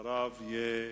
אחריו יהיה